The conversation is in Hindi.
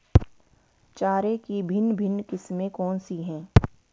चारे की भिन्न भिन्न किस्में कौन सी हैं?